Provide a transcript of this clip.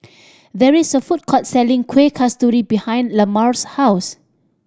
there is a food court selling Kueh Kasturi behind Lamar's house